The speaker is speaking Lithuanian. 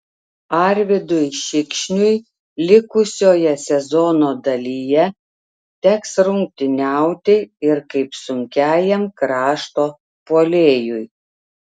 arvydui šikšniui likusioje sezono dalyje teks rungtyniauti ir kaip sunkiajam krašto puolėjui